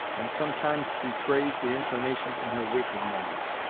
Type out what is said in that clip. and sometimes betrays the inclination in her waking moments.